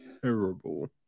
Terrible